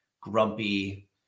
grumpy